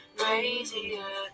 crazier